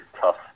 tough